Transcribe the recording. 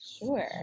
Sure